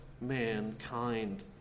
mankind